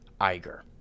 Iger